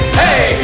hey